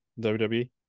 WWE